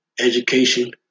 education